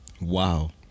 Wow